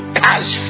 cash